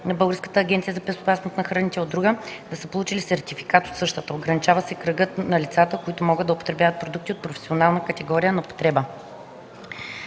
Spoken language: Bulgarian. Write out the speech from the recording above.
на Българската агенция по безопасност на храните, а от друга – да са получили сертификат от същата; ограничава се кръгът на лицата, които могат да употребяват продукти от професионална категория на употреба.